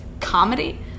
comedy